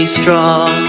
strong